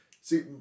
See